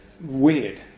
weird